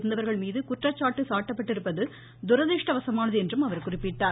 இருந்தவர்கள்மீது குற்றச்சாட்டு சாட்டப்பட்டிருப்பது துரதிருஷ்டவசமானது என்று குறிப்பிட்டார்